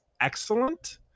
excellent